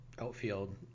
outfield